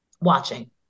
watching